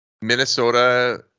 Minnesota